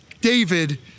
David